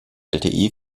lte